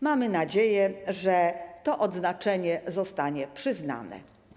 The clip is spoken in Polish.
Mamy nadzieję, że to odznaczenie zostanie przyznane.